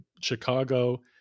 Chicago